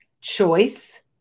choice